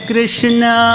Krishna